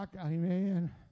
Amen